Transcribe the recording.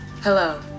hello